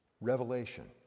revelation